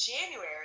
January